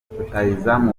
rutahizamu